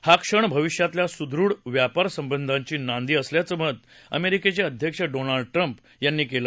हा क्षण भविष्यातल्या सुदृढ व्यापार संबधांची नांदी असल्याचं मत अमेरिकेचे अध्यक्ष डोनाल्ड ट्रसि यांनी व्यक्त केलं